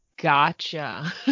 Gotcha